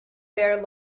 bare